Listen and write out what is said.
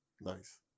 Nice